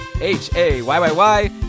H-A-Y-Y-Y